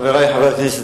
חברי חברי הכנסת,